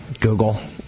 Google